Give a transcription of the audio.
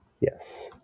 yes